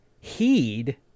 heed